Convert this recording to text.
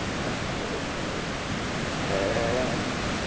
couple floors sorry and